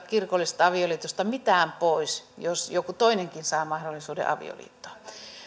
kirkollisesta avioliitosta mitään pois jos joku toinenkin saa mahdollisuuden avioliittoon